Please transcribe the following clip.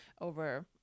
over